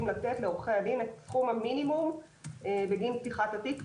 לתת לעורכי הדין את סכום המינימום בגין פתיחת התיק,